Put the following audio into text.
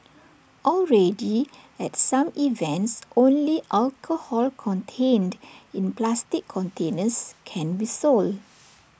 already at some events only alcohol contained in plastic containers can be sold